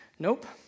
Nope